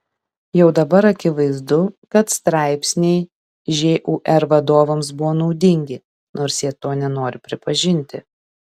jau dabar akivaizdu kad straipsniai žūr vadovams buvo naudingi nors jie to nenori pripažinti